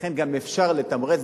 לכן גם אפשר לתמרץ,